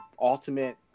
ultimate